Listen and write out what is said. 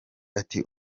ati